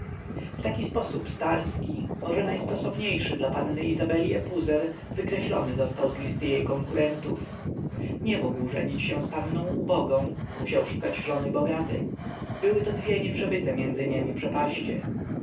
w taki sposób starski może najstosowniejszy dla panny izabeli epuzer wykreślony został z listy jej konkurentów nie mógł żenić się z panną ubogą musiał szukać żony bogatej były to dwie nieprzebyte między niemi przepaście